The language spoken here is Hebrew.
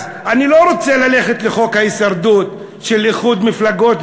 אז אני לא רוצה ללכת לחוק ההישרדות של איחוד מפלגות,